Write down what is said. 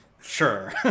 Sure